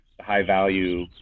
high-value